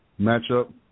matchup